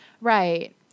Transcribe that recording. right